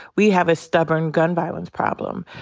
we have a stubborn gun violence problem.